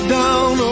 down